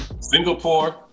Singapore